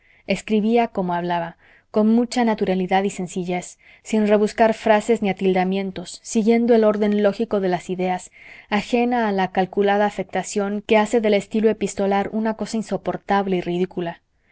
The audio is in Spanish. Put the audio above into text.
escribía como hablaba con mucha naturalidad y sencillez sin rebuscar frases ni atildamientos siguiendo el orden lógico de las ideas ajena a la calculada afectación que hace del estilo epistolar una cosa insoportable y ridícula